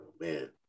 man